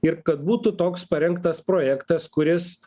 ir kad būtų toks parengtas projektas kuris